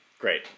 Great